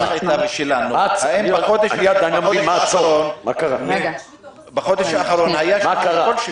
ושלנו היא האם בחודש האחרון היה שימוש כלשהו?